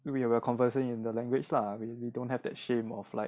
we are conversing in the language lah we don't have that shame of like